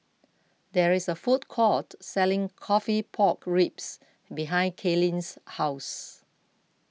there is a food court selling Coffee Pork Ribs behind Kaylin's house